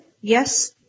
yes